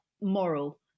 moral